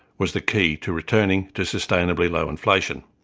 was the key to returning to sustainably low inflation.